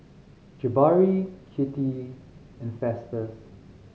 Jabari Kitty and Festus